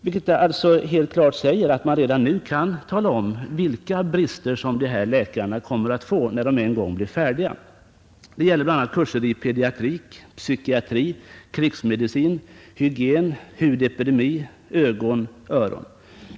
Därav framgår helt klart att man redan nu kan ange vilka brister dessa läkare kommer att få när de en gång blir färdiga. Det gäller bl.a. kurser i pediatrik, psykiatri, krigsmedicin, hygien, hud-, epidemi-, ögonoch öronsjukdomar.